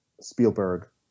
Spielberg